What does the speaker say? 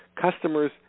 Customers